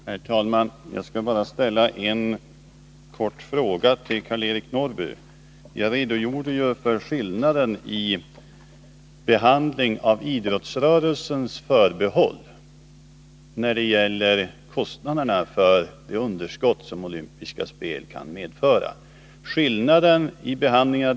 Herr talman! Jag skall bara ställa en kort fråga till Karl-Eric Norrby. Jag redogjorde för skillnaden mellan 1978 och innevarande år i behandlingen av idrottsrörelsens förbehåll när det gäller kostnaderna för det underskott som olympiska spel kan medföra.